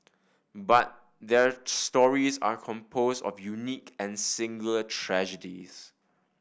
but their stories are composed of unique and singular tragedies